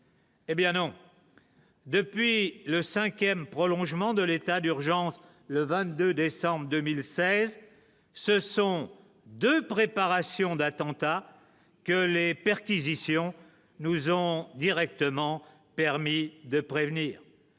Eh bien non, depuis le 5ème, prolongement de l'état d'urgence le 22 décembre 2016, ce sont 2 préparations d'attentats que les perquisitions nous ont directement permis de prévenir